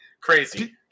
Crazy